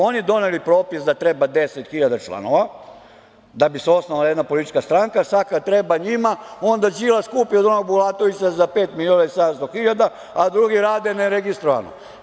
Oni su doneli propis da treba 10.000 članova da bi se osnovala jedna politička stranka, a sad kad treba njima, onda Đilas kupi od onog Bulatovića za pet miliona i 700 hiljada, a drugi rade ne registrovano.